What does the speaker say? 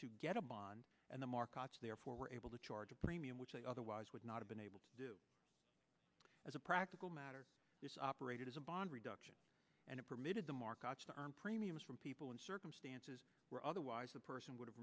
to get a bond and the markets therefore were able to charge a premium which they otherwise would not have been able to do as a practical matter is operated as a bond reduction and it permitted the market premiums from people in circumstances were otherwise the person would have